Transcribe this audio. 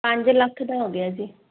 ਪੰਜ ਲੱਖ ਦਾ ਹੋ ਗਿਆ ਜੀ